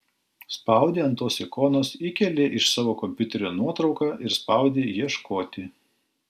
spaudi ant tos ikonos įkeli iš savo kompiuterio nuotrauką ir spaudi ieškoti